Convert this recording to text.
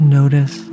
notice